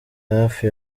hafi